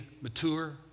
mature